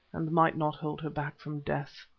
and might not hold her back from death.